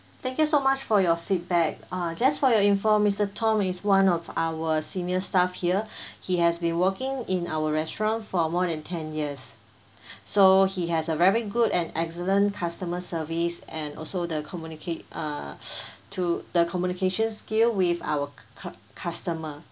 thank you so much for your feedback uh just for your info mister tom is one of our senior staff here he has been working in our restaurant for more than ten years so he has a very good and excellent customer service and also the communicate err s~ to the communication skill with our cu~ customer